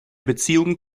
beziehung